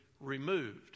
removed